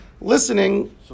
listening